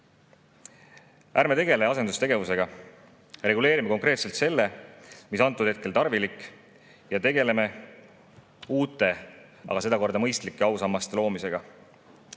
Ärme tegeleme asendustegevusega, reguleerime konkreetselt selle, mis antud hetkel tarvilik, ja tegeleme uute, aga sedakorda mõistlike ausammaste loomisega.